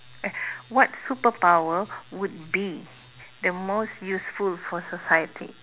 eh what superpower would be the most useful for society